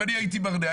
אם אני הייתי ברנע,